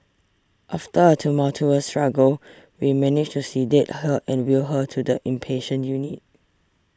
after a tumultuous struggle we managed to sedate her and wheel her to the inpatient unit